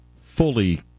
fully